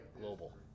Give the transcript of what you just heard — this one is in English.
global